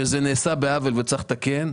זה נעשה בעוול וצריך לתקן.